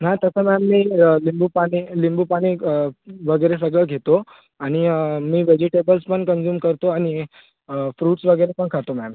नाही तसं मॅम मी लिंबूपाणी लिंबूपाणी वगैरे सगळं घेतो आणि मी व्हेजिटेबल्स पण कंझ्युम करतो आणि फ्रूट्स वगैरे पण खातो मॅम